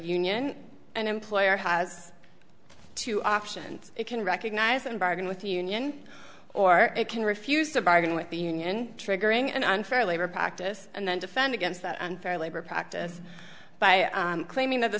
union an employer has two options it can recognize and bargain with the union or it can refuse to bargain with the union triggering an unfair labor practice and then defend against that unfair labor practice by claiming that the